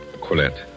Colette